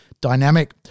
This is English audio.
dynamic